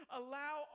allow